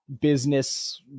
business